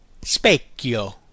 specchio